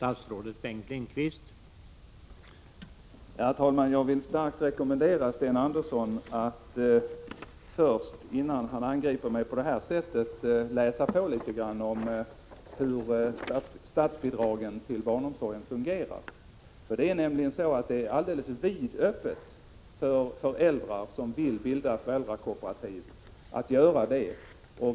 Herr talman! Jag vill starkt understryka att Sten Andersson i Malmö, innan han angriper mig på det här sättet, borde ha läst på litet om hur statsbidragen till barnomsorgen fungerar. Det står nämligen föräldrar som vill bilda föräldrakooperativ helt vidöppet att göra det.